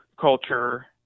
culture